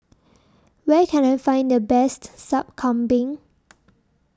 Where Can I Find The Best Sup Kambing